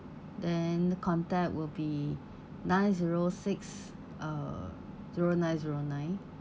then contact will be nine zero six uh zero nine zero nine